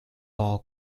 all